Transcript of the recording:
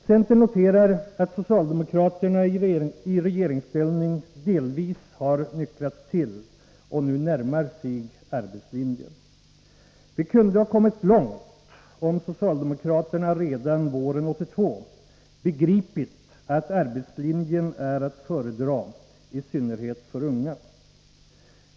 Centern noterar att socialdemokraterna i regeringsställning delvis har nyktrat till och nu närmar sig arbetslinjen. Vi kunde ha kommit långt, om socialdemokraterna redan våren 1982 begripit att arbetslinjen är att föredra, i synnerhet för unga.